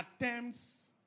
attempts